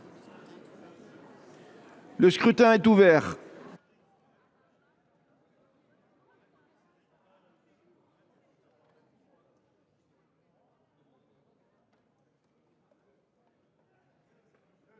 Le scrutin est ouvert.